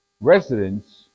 residents